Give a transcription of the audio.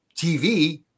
TV